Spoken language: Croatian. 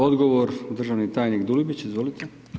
Odgovor državni tajnik Dulibić, izvolite.